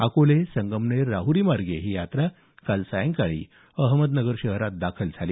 अकोले संगमनेर राहुरी मार्गे ही यात्रा काल सायंकाळी अहमदनगर शहरात दाखल झाली